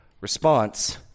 response